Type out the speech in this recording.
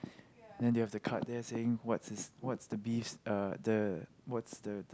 and they have the card there saying what's is what's the beef uh the what's the